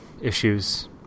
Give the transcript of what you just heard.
issues